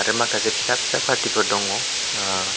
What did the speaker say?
आरो माखासे फिसा फिसा पार्टि फोर दङ